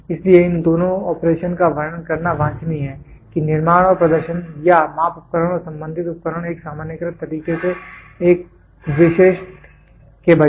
इसलिए इन दोनों ऑपरेशन का वर्णन करना वांछनीय है कि निर्माण और प्रदर्शन या माप उपकरण और संबंधित उपकरण एक सामान्यीकृत तरीके से एक विशिष्ट के बजाय